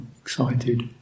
excited